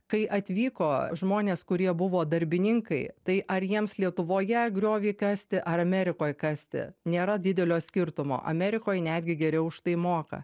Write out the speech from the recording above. kai atvyko žmonės kurie buvo darbininkai tai ar jiems lietuvoje griovį kasti ar amerikoj kasti nėra didelio skirtumo amerikoj netgi geriau už tai moka